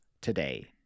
today